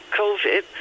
covid